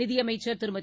நிதியமைச்சர் திருமதி